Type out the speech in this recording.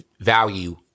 Value